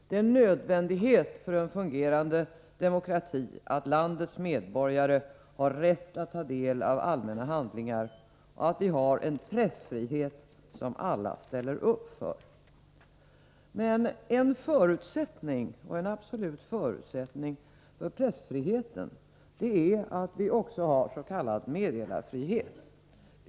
Det är en nödvändighet för en fungerande demokrati att landets medborgare har rätt att ta del av allmänna handlingar och att vi har en pressfrihet som alla ställer upp för. Men en absolut förutsättning för pressfriheten är att vi också har s.k. meddelarfrihet.